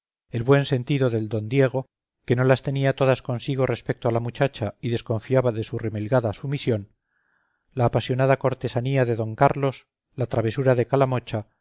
el buen sentido del don diego que no las tenía todas consigo respecto a la muchacha y desconfiaba de su remilgada sumisión la apasionada cortesanía de d carlos la travesura de calamocha